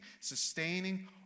sustaining